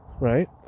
Right